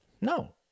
No